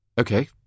Okay